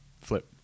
flip